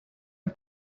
een